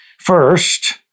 First